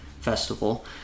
Festival